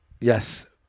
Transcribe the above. yes